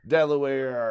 Delaware